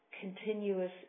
continuous